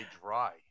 dry